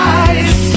eyes